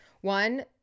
one